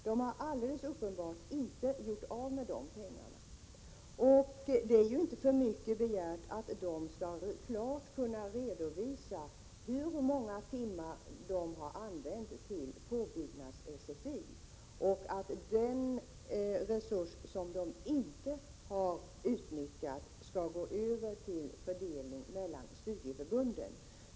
Det är helt klart att AMU inte har gjort av med dessa pengar, och det är inte för mycket begärt att AMU skall kunna redovisa hur många timmar som använts till påbyggnads-SFI. Den resurs som inte utnyttjats skall föras över för fördelning mellan studieförbunden.